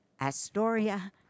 Astoria